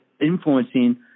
influencing